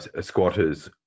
squatters